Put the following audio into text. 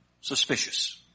suspicious